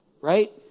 right